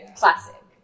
classic